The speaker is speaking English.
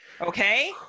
Okay